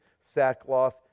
sackcloth